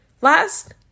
Last